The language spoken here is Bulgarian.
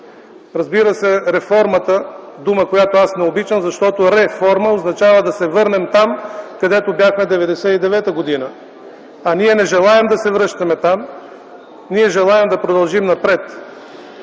Разбира се, реформата – дума, която аз не обичам, защото ре-форма означава да се върнем там, където бяхме през 1999 г., а ние не желаем да се връщаме там. Ние желаем да продължим напред.